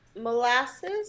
Molasses